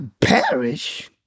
perish